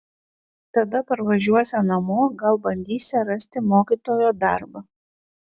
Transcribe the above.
tada parvažiuosią namo gal bandysią rasti mokytojo darbą